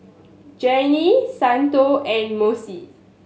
Jeane Santo and Mossie